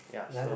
ya so